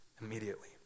immediately